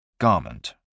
Garment